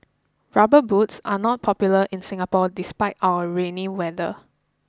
rubber boots are not popular in Singapore despite our rainy weather